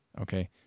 okay